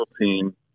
team